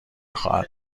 خواهد